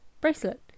bracelet